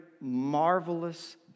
marvelous